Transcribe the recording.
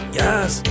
yes